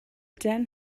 den